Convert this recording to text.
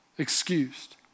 Excused